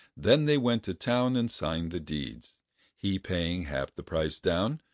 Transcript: then they went to town and signed the deeds he paying half the price down,